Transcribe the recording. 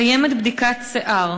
קיימת בדיקת שיער,